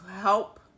help